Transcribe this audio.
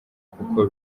kuko